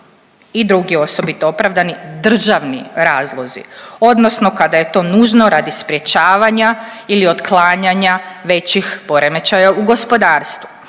i drugi osobito opravdani državni razlozi odnosno kada je to nužno radi sprječavanja ili otklanjanja većih poremećaja u gospodarstvu.